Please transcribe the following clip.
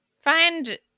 Find